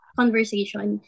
conversation